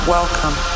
Welcome